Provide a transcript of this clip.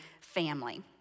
family